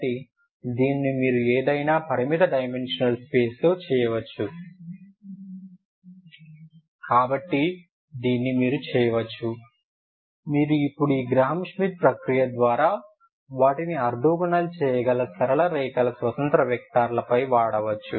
కాబట్టి దీనిని మీరు ఏదైనా పరిమిత డైమెన్షనల్ స్పేస్లో చేయవచ్చు కాబట్టి దీన్ని మీరు చేయవచ్చు మీరు ఇప్పుడు ఈ గ్రాహం ష్మిత్ ప్రక్రియ ద్వారా వాటిని ఆర్తోగోనల్గా చేయగల సరళ రేఖల స్వతంత్ర వెక్టర్లపై వాడవచ్చు